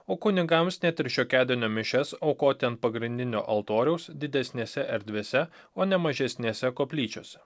o kunigams net ir šiokiadienių mišias aukoti ant pagrindinio altoriaus didesnėse erdvėse o ne mažesnėse koplyčiose